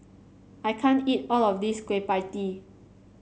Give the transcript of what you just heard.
I can't eat all of this Kueh Pie Tee